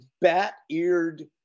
bat-eared